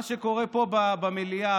מה שקורה פה במליאה,